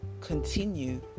continue